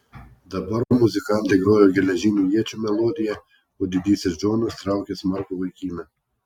dabar muzikantai grojo geležinių iečių melodiją o didysis džonas traukė smarkų vaikiną